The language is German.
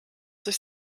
durch